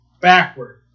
backward